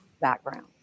background